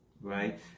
right